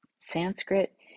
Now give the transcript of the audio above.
Sanskrit